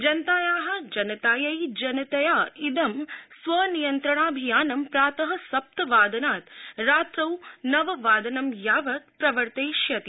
जनतायाः जनताया अनतया इद स्वनियंत्रणाभियानं प्रातः सप्तवादनात् रात्रौ नववादन यावत् प्रवर्तयिष्यति